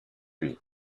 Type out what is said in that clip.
lui